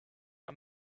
are